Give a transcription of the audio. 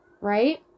Right